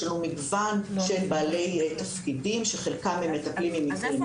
יש לנו מגוון של בעלי תפקידים שחלקם הם מטפלים --- רגע,